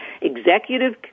executive